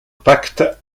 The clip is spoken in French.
pacte